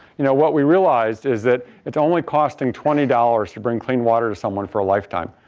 you know what we realized is that it's only costing twenty dollars to bring clean water to someone for a lifetime,